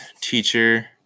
teacher